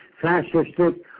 fascistic